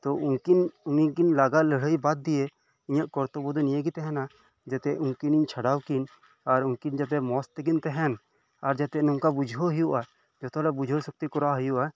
ᱛᱚ ᱩᱝᱠᱤᱱ ᱩᱱᱤᱠᱤᱱ ᱞᱟᱜᱟ ᱞᱟᱹᱲᱦᱟᱹᱭ ᱵᱟᱫᱽ ᱫᱤᱭᱮ ᱤᱧᱟᱹᱜ ᱠᱚᱨᱛᱚᱵᱽᱵᱚ ᱫᱚ ᱱᱤᱭᱟᱹᱜᱮ ᱛᱟᱦᱮᱱᱟ ᱡᱟᱛᱮ ᱩᱱᱠᱤᱱᱤᱧ ᱪᱷᱟᱰᱟᱣ ᱠᱤᱱ ᱟᱨ ᱩᱝᱠᱤᱱ ᱡᱟᱛᱮ ᱢᱚᱸᱡᱽ ᱛᱮᱠᱤᱱ ᱛᱟᱦᱮᱱ ᱟᱨ ᱡᱟᱛᱮ ᱱᱚᱝᱠᱟ ᱵᱩᱡᱷᱟᱹᱣ ᱦᱳᱭᱳᱜᱼᱟ ᱡᱷᱚᱛᱚ ᱦᱚᱲᱟᱜ ᱵᱩᱡᱷᱟᱹᱣ ᱥᱚᱠᱛᱤ ᱠᱚᱨᱟᱣ ᱦᱳᱭᱳᱜᱼᱟ